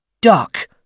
Duck